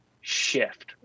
shift